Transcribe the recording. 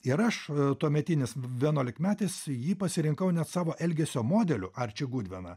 ir aš tuometinis vienuolikmetis jį pasirinkau net savo elgesio modeliu arčį gudveną